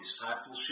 discipleship